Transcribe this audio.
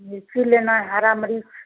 मिर्ची लेनी है हरी मिर्च